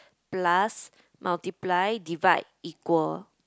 plus multiply divide equal